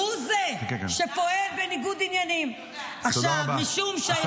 אז אני רוצה להגיד לך,